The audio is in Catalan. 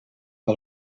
que